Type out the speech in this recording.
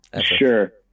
sure